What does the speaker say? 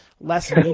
less